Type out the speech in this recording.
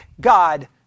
God